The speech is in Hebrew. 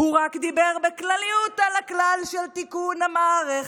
הוא רק דיבר בכלליות על הכלל של תיקון המערכת,